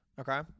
Okay